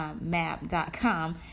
map.com